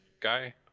guy